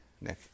Nick